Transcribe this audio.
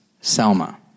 Selma